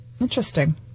Interesting